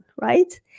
Right